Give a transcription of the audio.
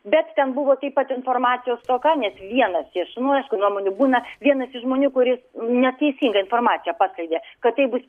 bet ten buvo taip pat informacijos stoka nes vienas iš nu aišku nuomonių būna vienas iš žmonių kuris neteisingą informaciją paskleidė kad taip bus